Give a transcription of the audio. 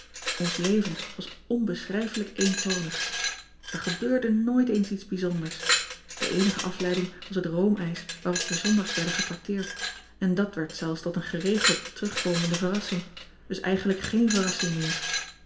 ns leven was onbeschrijflijk eentonig r gebeurde nooit eens iets bijzonders e eenige afleiding was het roomijs waarop we ondags werden getracteerd en dat werd zelfs tot een geregeld terugkomende verrassing dus eigenlijk geen verrassing meer